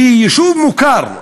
שיישוב מוכר,